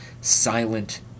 silent